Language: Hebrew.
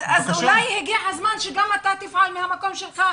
אז אולי הגיע הזמן שגם אתה תפעל מהמקום שלך,